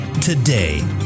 today